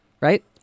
Right